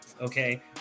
okay